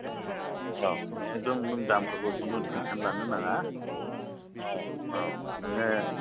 औ औ एकदम नों दामफोरखौ नोंङो जेबो टेनसन लानो नाङा औ औ नोङो